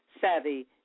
savvy